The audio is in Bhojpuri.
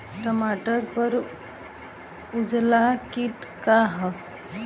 टमाटर पर उजला किट का है?